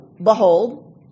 Behold